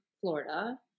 Florida